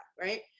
right